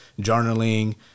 journaling